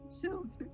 children